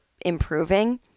improving